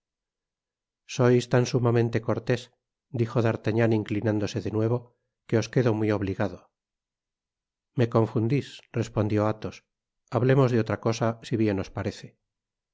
sois tan sumamente cortés dijo d'artagnan inclinándose de nuevo que os quedo muy obligado me confundis respondió athos hablemos de otra cosa si bien osparece